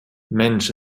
mensch